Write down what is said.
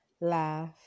Laugh